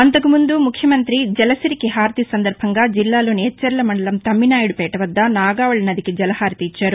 అంతకు ముందు ముఖ్యమంత్రి జలసిరికి హారతి సందర్బంగా జిల్లాలోని ఎచ్చెర్ల మండలం తమ్మినాయుడు పేట వద్ద నాగావళి నదికి జలహారతి ఇచ్చారు